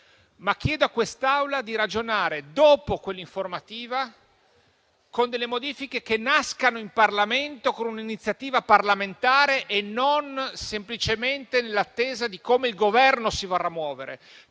anche a quest'Aula di ragionare, dopo quell'informativa, con delle modifiche che nascano in Parlamento, con un'iniziativa parlamentare, e non semplicemente nell'attesa di come il Governo si vorrà muovere.